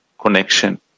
connection